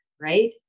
right